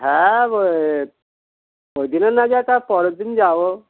হ্যাঁ ও ওই দিনে না যায় তা পরের দিন যাবো